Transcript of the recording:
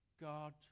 God